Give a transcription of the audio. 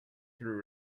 through